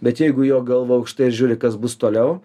bet jeigu jo galva aukštai ir žiūri kas bus toliau